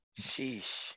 Sheesh